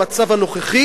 במצב הנוכחי,